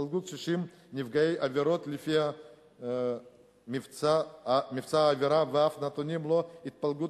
קשישים נפגעי עבירות לפי מבצע העבירה ואף נתונים על התפלגות